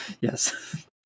Yes